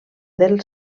del